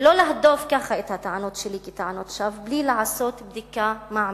לא להדוף ככה את הטענות שלי כטענות שווא בלי לעשות בדיקה מעמיקה.